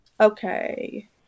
okay